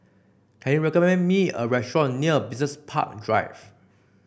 can you recommend me a restaurant near Business Park Drive